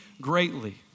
greatly